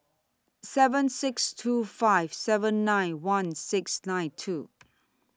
seven six two five seven nine one six nine two